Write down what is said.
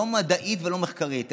לא מדעית ולא מחקרית,